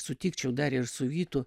sutikčiau dar ir su vytu